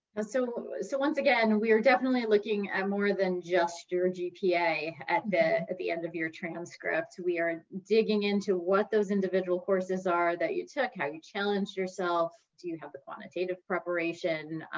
so so once again, we are definitely looking at more than just your gpa at the at the end of your transcript, we are digging into what those individual courses are that you took, how you challenged yourself. do you have the quantitative preparation